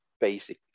basic